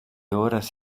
horas